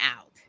out